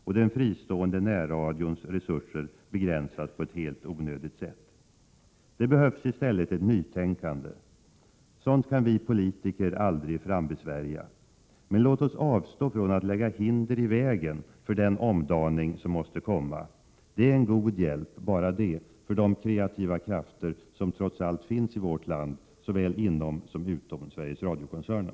Och den fristående närradions resurser begränsas på ett helt onödigt sätt. Det behövs i stället ett nytänkande. Sådant kan vi politiker aldrig frambesvärja. Men låt oss avstå från att lägga hinder i vägen för den omdaning som måste komma. Det är en god hjälp, bara det, för de kreativa krafter som trots allt finns i vårt land — såväl inom som utom Sveriges Radio-koncernen.